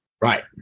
Right